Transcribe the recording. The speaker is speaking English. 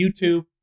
YouTube